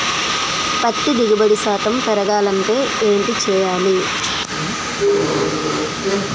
పత్తి దిగుబడి శాతం పెరగాలంటే ఏంటి చేయాలి?